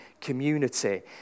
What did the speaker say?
community